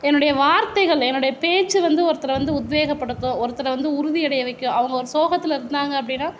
என்னுடைய வார்த்தைகள் என்னுடைய பேச்சு வந்து ஒருத்தரை உத்வேகபடுத்தும் ஒருத்தரை வந்து உறுதி அடைய வைக்கும் அவங்க ஒரு சோகத்தில் இருந்தாங்கன்னால் அப்படின்னா